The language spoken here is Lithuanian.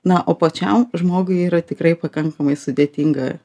na o pačiam žmogui yra tikrai pakankamai sudėtinga